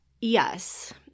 yes